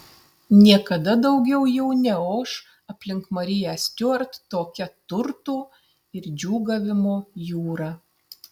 niekada daugiau jau neoš aplink mariją stiuart tokia turtų ir džiūgavimo jūra